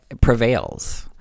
prevails